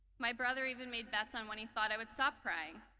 my brother even made bets on when he thought i would stop crying.